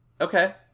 Okay